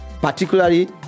particularly